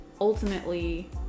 ultimately